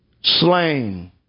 slain